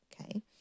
Okay